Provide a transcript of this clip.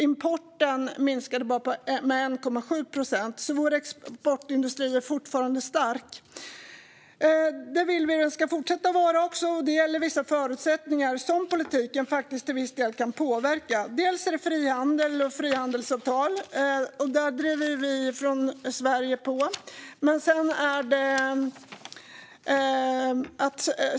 Importen minskade bara med 1,7 procent. Men vår exportindustri är fortfarande stark, och det vill vi att den ska fortsätta att vara. Då är det vissa förutsättningar som politiken till viss del kan påverka. När det gäller frihandel och frihandelsavtal driver vi från Sverige på.